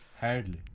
Hardly